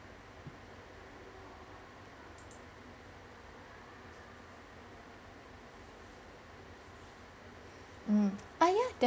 mm oh ya def~